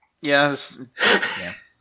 Yes